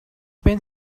been